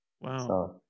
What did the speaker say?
Wow